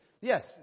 yes